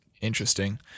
Interesting